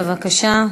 בבקשה,